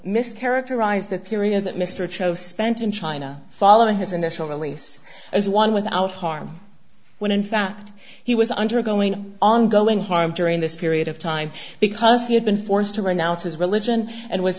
mis characterize the period that mr cho spent in china following his initial release as one without harm when in fact he was undergoing ongoing harm during this period of time because he had been forced to renounce his religion and was